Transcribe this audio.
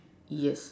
yes